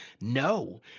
No